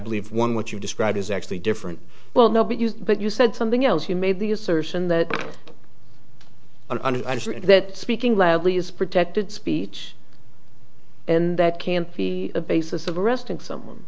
believe one what you described is actually different well no but you but you said something else you made the assertion that under that speaking loudly is protected speech and that can be a basis of arresting someone